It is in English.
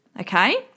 Okay